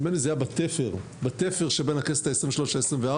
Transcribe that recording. נדמה לי שזה היה בתפר שבין הכנסת ה-23 לכנסת ה-24.